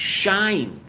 shine